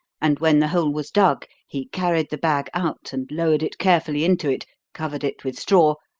and when the hole was dug he carried the bag out and lowered it carefully into it, covered it with straw,